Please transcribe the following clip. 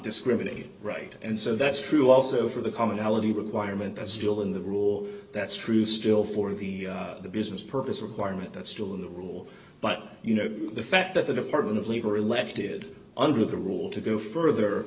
discriminate right and so that's true also for the commonality requirement as still d in the rule that's true still for the business purpose requirement that's still in the rule but you know the fact that the department of labor elected under the rule to go further